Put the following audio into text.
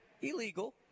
illegal